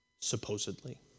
supposedly